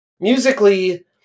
musically